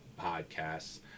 podcasts